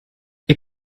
ihr